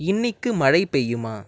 இன்றைக்கு மழை பெய்யுமா